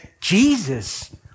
Jesus